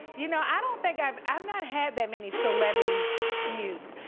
you know, i don't think, i've um not had that many celebrity feuds.